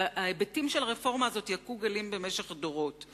וההיבטים של הרפורמה הזאת יכו גלים במשך דורות.